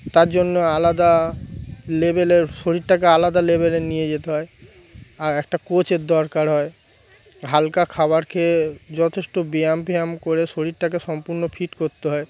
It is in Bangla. তার জন্য আলাদা লেভেলের শরীরটাকে আলাদা লেভেলে নিয়ে যেতে হয় আর একটা কোচের দরকার হয় হালকা খাবার খেয়ে যথেষ্ট ব্যায়াম ফ্যায়াম করে শরীরটাকে সম্পূর্ণ ফিট করতে হয়